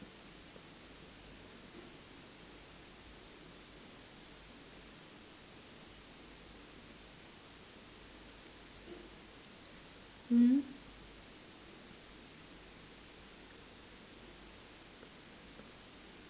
mm